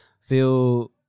feel